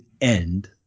end